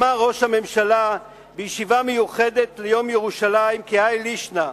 ראש הממשלה אמר בישיבה מיוחדת ליום ירושלים כהאי לישנא: